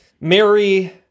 Mary